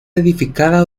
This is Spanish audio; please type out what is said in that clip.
edificada